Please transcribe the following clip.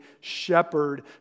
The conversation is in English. shepherd